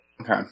Okay